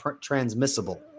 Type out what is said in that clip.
transmissible